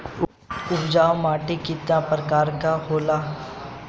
उपजाऊ माटी केतना प्रकार के होला?